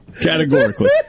Categorically